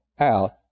out